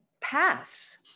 paths